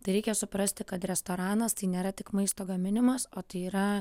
tai reikia suprasti kad restoranas tai nėra tik maisto gaminimas o tai yra